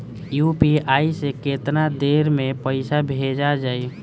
UPI से केतना देर मे पईसा भेजा जाई?